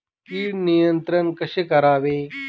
कीड नियंत्रण कसे करावे?